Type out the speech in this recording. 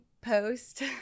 post